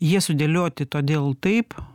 jie sudėlioti todėl taip